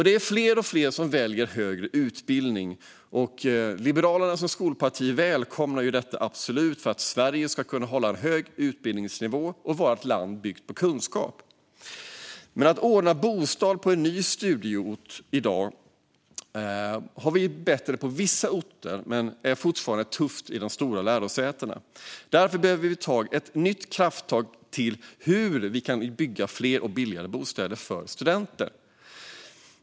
Det är fler och fler som väljer högre utbildning. Liberalerna som skolparti välkomnar absolut detta för att Sverige ska kunna hålla en hög utbildningsnivå och vara ett land byggt på kunskap. Att ordna bostad på en ny studieort har blivit bättre på vissa orter men är fortfarande tufft i de stora lärosätena. Därför behöver vi ta nya krafttag för att se hur vi kan bygga fler och billigare bostäder för studenter.